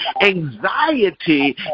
Anxiety